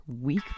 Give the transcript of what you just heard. week